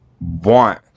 want